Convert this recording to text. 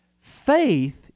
Faith